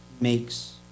makes